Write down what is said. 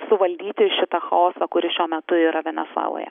suvaldyti šitą chaosą kuris šiuo metu yra venesueloje